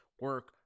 Work